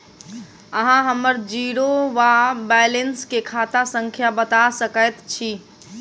अहाँ हम्मर जीरो वा बैलेंस केँ खाता संख्या बता सकैत छी?